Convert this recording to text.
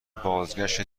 بازگشت